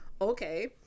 Okay